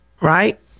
Right